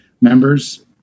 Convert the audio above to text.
members